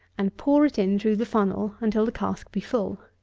and pour it in through the funnel, until the cask be full.